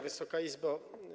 Wysoka Izbo!